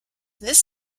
this